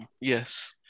Yes